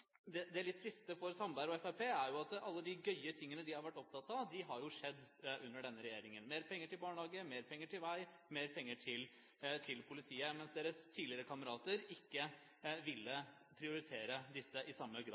dette. Det litt triste for Sandberg og Fremskrittspartiet er at alle de gøye tingene de har vært opptatt av, jo har skjedd under denne regjeringen: mer penger til barnehage, mer penger til vei, mer penger til politiet – mens deres tidligere kamerater ikke ville prioritere dette i samme grad